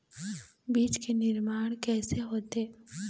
बीज के निर्माण कैसे होथे?